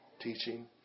teaching